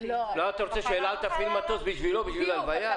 אתה רוצה שאל על תפעיל מטוס בשבילו, בשביל לוויה?